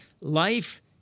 Life